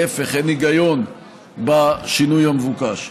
להפך, אין היגיון בשינוי המבוקש.